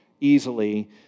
easily